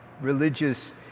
religious